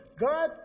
God